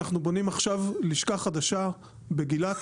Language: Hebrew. אנחנו בונים עכשיו לשכה חדשה בגילת,